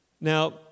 Now